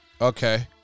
Okay